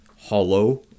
hollow